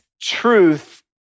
truth